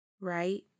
right